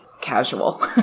casual